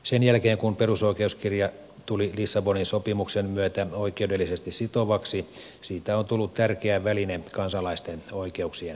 sen jälkeen kun perusoikeuskirja tuli lissabonin sopimuksen myötä oikeudellisesti sitovaksi siitä on tullut tärkeä väline kansalaisten oikeuksien edistämisessä